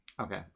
Okay